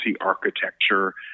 architecture